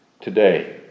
today